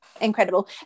incredible